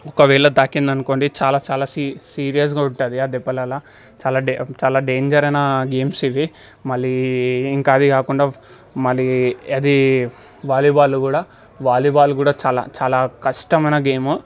ఒకవేళ తాకిందనుకోండి చాలా చాలా సీ సీరియస్ గుంటది దెబ్బలల్లా చాలా డే చాలా డేంజర్ అయినా గేమ్స్ ఇవి మళ్ళీ ఇంకా అది కాకుండా మళ్ళీ అదీ వాలీబాలు కూడా వాలీబాలు కూడా చాలా చాలా కష్టమైన గేము